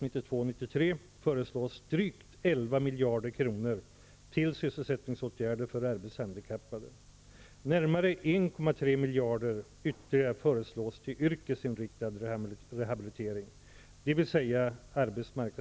Närmare 1,3 miljarder ytterligare föreslås till yrkesinriktad rehabilitering -- dvs.